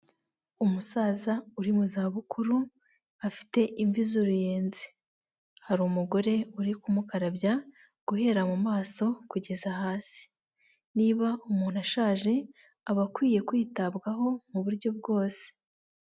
Umusaza uri mu zabukuru afite imvi z'uruyenzi, hari umugore uri kumukarabya guhera mu maso kugeza hasi. Niba umuntu ashaje aba akwiye kwitabwaho mu buryo bwose.